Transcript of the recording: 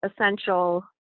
essential